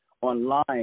online